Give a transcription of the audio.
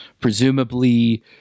Presumably